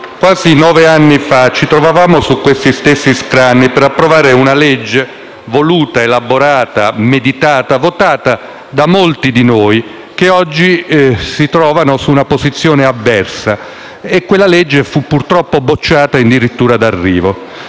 quasi nove anni fa ci trovavamo su questi stessi scranni per approvare una legge voluta, elaborata, meditata e votata da molti di noi che oggi si trovano su una posizione avversa. Quella legge, purtroppo bloccata in dirittura d'arrivo,